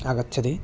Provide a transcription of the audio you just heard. आगच्छति